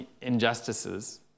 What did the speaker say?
injustices